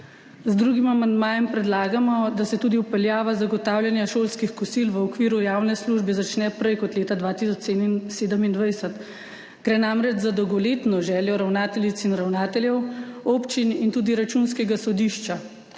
Z drugim amandmajem predlagamo, da se tudi vpeljava zagotavljanja šolskih kosil v okviru javne službe začne prej kot leta 2027. Gre namreč za dolgoletno željo ravnateljic in ravnateljev, občin in tudi Računskega sodišča.